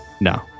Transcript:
No